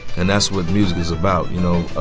and that's what music is about, you know,